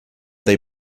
they